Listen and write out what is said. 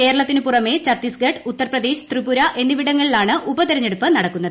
കേരളത്തിന് പുറമെ ചുത്തീസ്ഗഢ് ഉത്തർപ്രദേശ് ത്രിപുര എന്നിവിടങ്ങളിലാണ് ഉപതെരഞ്ഞെടുപ്പ് നടക്കുന്നത്